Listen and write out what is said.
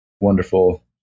wonderful